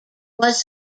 was